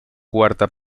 cuarta